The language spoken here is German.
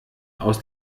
aus